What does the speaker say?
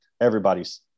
Everybody's